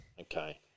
Okay